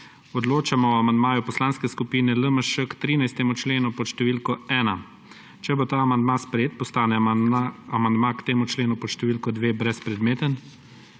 Odločamo o amandmaju Poslanske skupine LMŠ k 13. členu pod številko 1. Če bo ta amandma sprejet, postane amandma k temu členu pod številko 2 brezpredmeten.